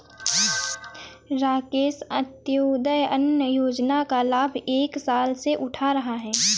राकेश अंत्योदय अन्न योजना का लाभ एक साल से उठा रहा है